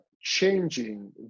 changing